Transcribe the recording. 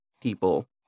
people